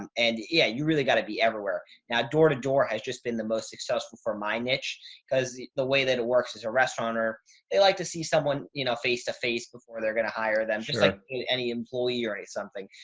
um and yeah, you really got to be everywhere now. door to door has just been the most successful for my niche cause the the way that it works is a restaurant or they like to see someone you know face to face before they're going to hire them. just like any employee or a something.